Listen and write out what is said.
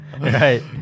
Right